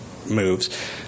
moves